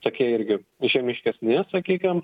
tokie irgi žiemiškesni sakykim